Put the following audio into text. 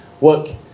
work